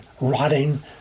rotting